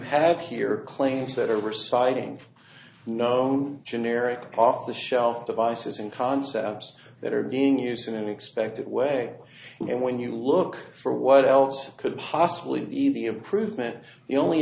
have here claims that are were citing known generic off the shelf devices and concepts that are being used in an expected way and when you look for what else could possibly be the improvement the only